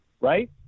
right